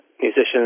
musicians